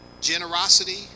generosity